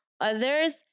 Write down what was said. others